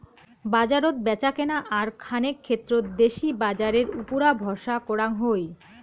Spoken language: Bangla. বাজারত ব্যাচাকেনা আর খানেক ক্ষেত্রত দেশি বাজারের উপুরা ভরসা করাং হই